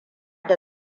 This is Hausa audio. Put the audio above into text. da